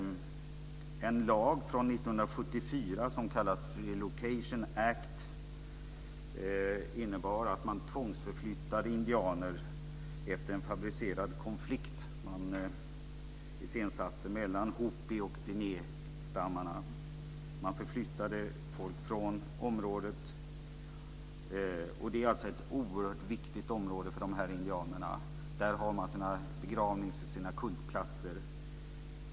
En lag från 1974, Relocation Act, innebar att indianer tvångsförflyttades efter en fabricerad konflikt som iscensattes mellan hopi och dinéhstammarna. Man förflyttade folk från området. Det är ett oerhört viktigt område för indianerna. Där har de sina begravnings och kultplatser.